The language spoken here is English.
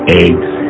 eggs